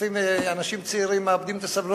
לפעמים אנשים צעירים מאבדים את הסבלנות.